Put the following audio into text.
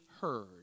heard